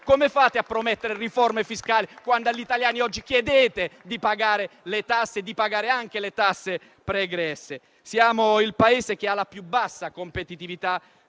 Come fate a promettere riforme fiscali, quando agli italiani oggi chiedete di pagare le tasse, comprese quelle pregresse? Siamo il Paese con la più bassa competitività